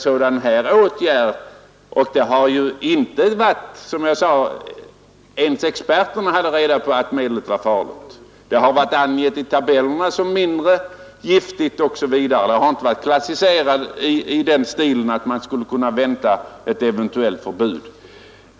Som jag sade har inte ens experterna haft reda på att medlet var farligt; först ett par dagar före giftnämndens beslut förelåg denna rapport. Det har inte i tabellerna varit klassificerat på sådant sätt att man kunde vänta sig ett förbud.